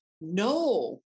No